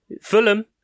Fulham